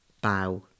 Bow